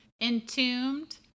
Entombed